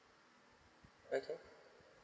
okay